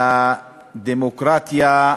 לדמוקרטיה,